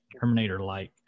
Terminator-like